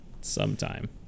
sometime